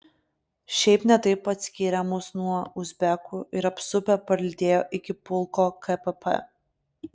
šiaip ne taip atskyrė mus nuo uzbekų ir apsupę parlydėjo iki pulko kpp